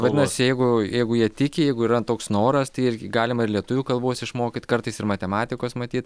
vadinasi jeigu jeigu jie tiki jeigu yra toks noras tai irgi galima ir lietuvių kalbos išmokyt kartais ir matematikos matyt